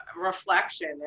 reflection